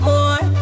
More